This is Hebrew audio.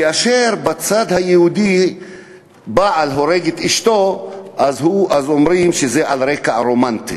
כאשר בצד היהודי בעל הורג את אשתו אומרים שזה על רקע רומנטי,